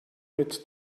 mit